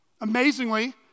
Amazingly